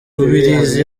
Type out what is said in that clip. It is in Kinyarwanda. rubirizi